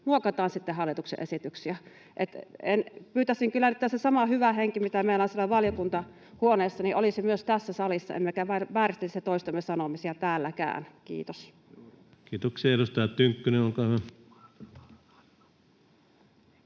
muokataan sitten hallituksen esityksiä. Pyytäisin kyllä nyt, että se sama hyvä henki, mitä meillä on siellä valiokuntahuoneessa, olisi myös tässä salissa emmekä vääristelisi toistemme sanomisia täälläkään. — Kiitos. Kiitoksia. — Edustaja Tynkkynen, olkaa hyvä.